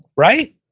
right?